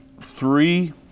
three